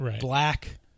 black